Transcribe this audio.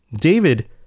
David